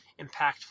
impactful